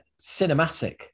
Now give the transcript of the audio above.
cinematic